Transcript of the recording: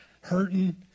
hurting